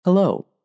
Hello